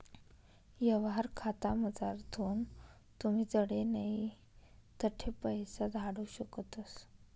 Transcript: यवहार खातामझारथून तुमी जडे नै तठे पैसा धाडू शकतस